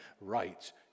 rights